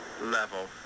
Level